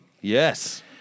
yes